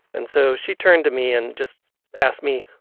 and so she turned to me and just asked me,